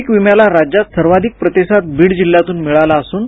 पीक विम्याला राज्यात सर्वाधिक प्रतिसाद बीड जिल्ह्यातून मिळाला असून आहे